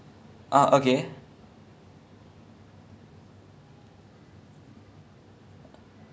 like I will have no ya I will have no secrets kept from her like literally no secrets everything I tell my friends I also tell my mum